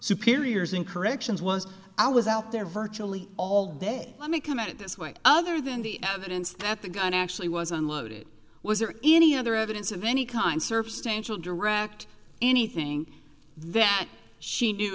superiors in corrections was i was out there virtually all day let me come at it this way other than the evidence that the gun actually was unloaded was there any other evidence of any kind service stanch will direct anything that she knew